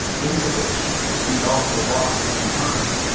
in the which ye also walked some time,